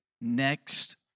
next